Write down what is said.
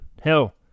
Hell